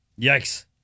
Yikes